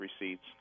receipts